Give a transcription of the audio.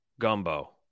gumbo